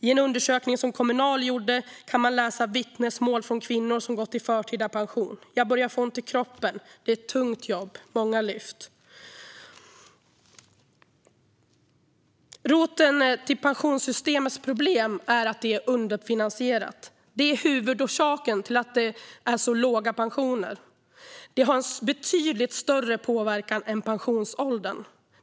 I en undersökning som Kommunal gjort kan man läsa vittnesmål från kvinnor som gått i förtida pension: Jag börjar få ont i kroppen. Det är ett tungt jobb. Många lyft. Roten till pensionssystemets problem är att det är underfinansierat. Det är huvudorsaken till att det är så låga pensioner. Det har en betydligt större påverkan än pensionsåldern.